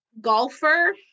golfer